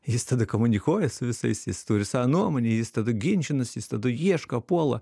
jis tada komunikuoja su visais jis turi savo nuomonį jis tada ginčynas jis tada ieško puola